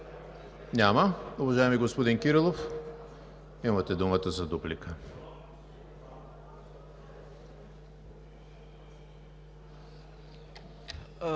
Няма. Уважаеми господин Кирилов, имате думата за дуплика.